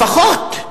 לפחות,